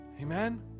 amen